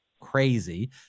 crazy